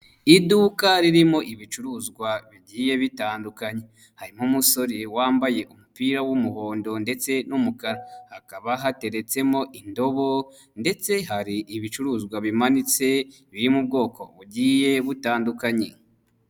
Iduka ririmo ibicuruzwa bigiye bitandukanye, harimo umusore wambaye umupira w'umuhondo ndetse n'umukara, hakaba hateretsemo indobo ndetse hari ibicuruzwa bimanitse biririmo ubwoko bugiye butandukanye.